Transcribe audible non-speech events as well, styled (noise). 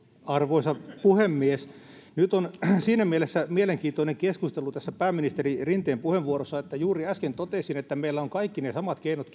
arvoisa puhemies nyt on siinä mielessä mielenkiintoinen keskustelu tässä pääministeri rinteen puheenvuorossa että juuri äsken totesin että meillä on käytettävissämme vähintään kaikki ne samat keinot (unintelligible)